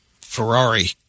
Ferrari